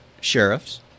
sheriffs